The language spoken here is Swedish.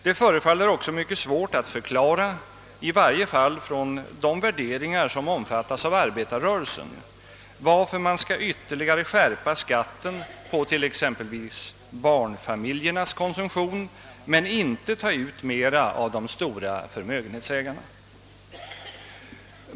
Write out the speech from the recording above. Det förefaller också mycket svårt att förklara 1 varje fall från de värderingar som omfattas av arbetarrörelsen -- varför man skall ytterligare skärpa skatten på exempelvis barnfamiljernas konsumtion men inte ta ut mera av de stora förmögenhetsägarna.